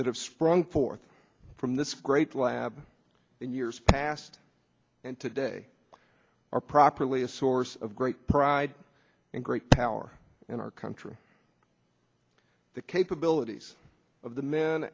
that have sprung forth from this great lab in years past and today are properly a source of great pride and great power in our country the capabilities of the men